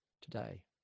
today